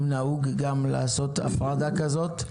אם נהוג גם לעשות הפרדה כזאת,